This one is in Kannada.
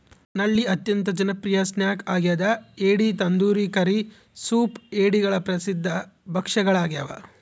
ನಳ್ಳಿ ಅತ್ಯಂತ ಜನಪ್ರಿಯ ಸ್ನ್ಯಾಕ್ ಆಗ್ಯದ ಏಡಿ ತಂದೂರಿ ಕರಿ ಸೂಪ್ ಏಡಿಗಳ ಪ್ರಸಿದ್ಧ ಭಕ್ಷ್ಯಗಳಾಗ್ಯವ